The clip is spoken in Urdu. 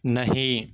نہیں